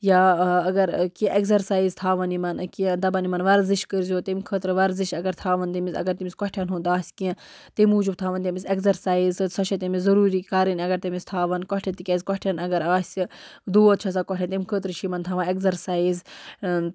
یا اگر کہِ ایگزَرسایِز تھاوَن یِمَن کہِ دَپَن یِمَن وَرزِش کٔرۍ زیو تَمہِ خٲطرٕ وَرزِش اگر تھاوَن تٔمِس اگر تٔمِس کھۄٹھٮ۪ن ہُند آسہِ کیٚنٛہہ تَمہِ موٗجوٗب تھاوَن تٔمِس ایگزَرسایز سۄ چھے تٔمِس ضروٗری کَرٕنۍ اگر تٔمِس تھاوَن کھۄٹھٮ۪ن تہِ کیازِ کھۄٹھٮ۪ن اگر آسہِ دود چھُ آسان کھۄٹھٮ۪ن تَمہِ خٲطرٕ چھِ یِمَن تھاوان ایگزَرسایِز